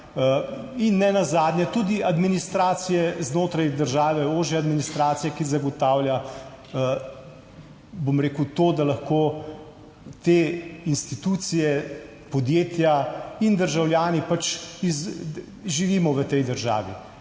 in nenazadnje tudi administracije znotraj države, ožje administracije, ki zagotavlja bom rekel to, da lahko te institucije, podjetja in državljani pač živimo v tej državi.